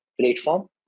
platform